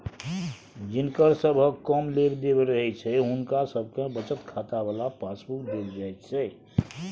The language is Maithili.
जिनकर सबहक कम लेब देब रहैत छै हुनका सबके बचत खाता बला पासबुक देल जाइत छै